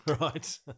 Right